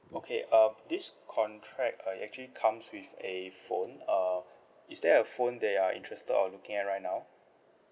okay um this contract uh it actually comes with a phone um is there a phone that you're interested or looking at right now